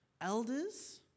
elders